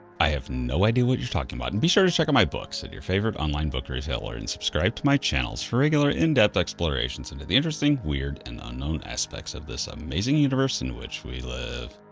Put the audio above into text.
i have no idea what you're talking about and be sure to check out my books at your favorite online book retailer and subscribe to my channels for regular, in-depth explorations into the interesting, weird and unknown aspects of this amazing universe in which we live.